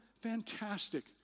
fantastic